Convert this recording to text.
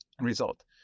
result